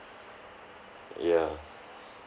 ya